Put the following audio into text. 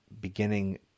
beginning